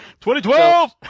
2012